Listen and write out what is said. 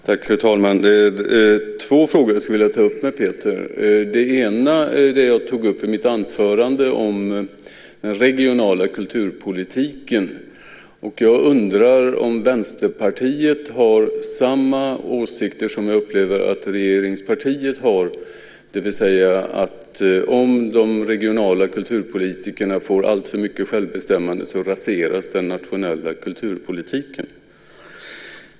Fru talman! Det är två frågor som jag skulle vilja ta upp med Peter. Den ena gäller det som jag tog upp i mitt anförande om den regionala kulturpolitiken. Jag undrar om Vänsterpartiet har samma åsikter som jag upplever att regeringspartiet har, det vill säga att om de regionala kulturpolitikerna får alltför mycket självbestämmande raseras den nationella kulturpolitiken.